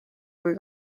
kui